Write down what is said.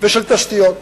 ושל תשתיות.